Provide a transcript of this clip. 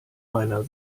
meiner